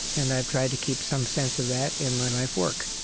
and i've tried to keep some sense of that in my lifework